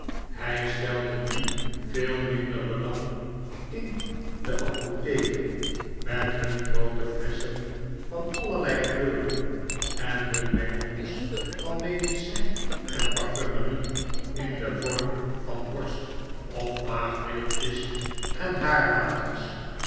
hij stelde nu veel minder belang in de apotheken met hun groote flesschen van allerlei kleuren en hun mengelmoes van medicijn en parfumerie in den vorm van borst of maagmiddeltjes en